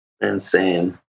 insane